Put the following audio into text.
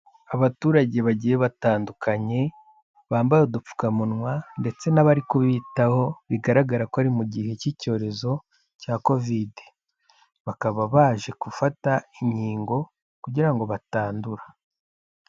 Abaturage bagiye batandukanye, bambaye udupfukamunwa ndetse n'abari kubitaho, bigaragara ko ari mu gihe cy'icyorezo cya Kovide, bakaba baje gufata inkingo kugira ngo batandura.